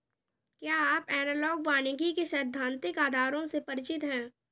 क्या आप एनालॉग वानिकी के सैद्धांतिक आधारों से परिचित हैं?